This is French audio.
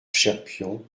cherpion